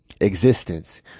existence